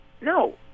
no